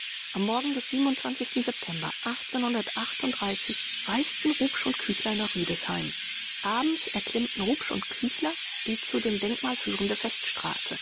am morgen des september reisten rupsch und küchler nach rüdesheim abends erklimmten rupsch und küchler die zu dem denkmal führende feststraße